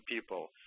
people